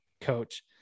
coach